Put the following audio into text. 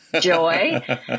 joy